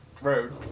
road